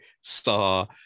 Star